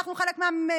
אנחנו חלק מהממשלה.